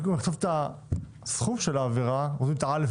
לכתוב את סכום העבירה אלא כותבים א',